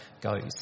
goes